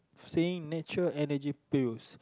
saying natural Energy Pills